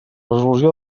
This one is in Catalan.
resolució